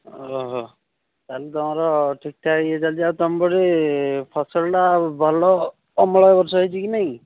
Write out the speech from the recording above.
ଓହୋ ତା'ହେଲେ ତୁମର ଠିକ୍ ଠାକ୍ ଇଏ ଚାଲିଛି ଆଉ ତୁମ ପଟେ ଫସଲଟା ଆଉ ଭଲ ଅମଳ ବର୍ଷା ହୋଇଛି କି ନାହିଁ